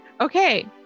Okay